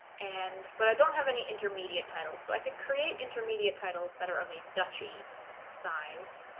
and but i don't have any intermediate titles so i could create intermediate titles that are of a duchy size